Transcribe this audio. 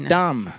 dumb